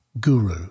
Guru